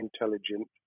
intelligent